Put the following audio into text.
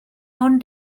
non